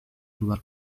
keluar